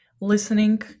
listening